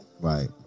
Right